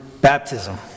baptism